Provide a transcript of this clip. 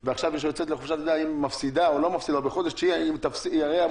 אם היא מפסידה או לא מפסידה את דמי הלידה.